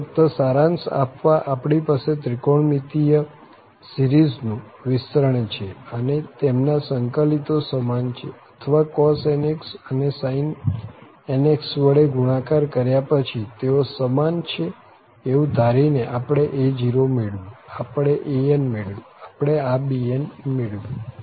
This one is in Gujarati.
આમ ફક્ત સારાંશ આપવા આપણી પાસે ત્રિકોણમિતિય શ્રેઢીનું વિસ્તરણ છે અને તેમના સંક્લીતો સમાન છે અથવા cos nx અને sin nx વડે ગુણાકાર કર્યા પછી તેઓ સમાન છે એવું ધારી ને આપણે a0મેળવ્યું આપણે an મેળવ્યું આપણે આ bn મેળવ્યું